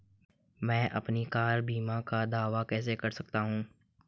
मैं अपनी कार बीमा का दावा कैसे कर सकता हूं?